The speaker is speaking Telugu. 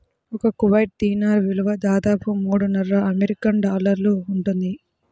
ఒక కువైట్ దీనార్ విలువ దాదాపు మూడున్నర అమెరికన్ డాలర్లు ఉంటుంది